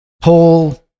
pull